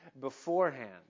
beforehand